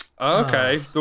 Okay